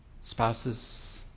spouses